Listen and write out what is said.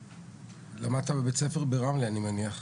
למדת בבית ספר ברמלה, אני מניח?